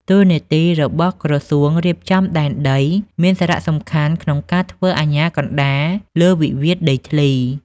តួនាទីរបស់ក្រសួងរៀបចំដែនដី មានសារៈសំខាន់ក្នុងការធ្វើអាជ្ញាកណ្ដាលលើវិវាទដីធ្លី។